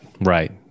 right